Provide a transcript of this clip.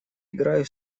играю